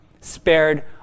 Spared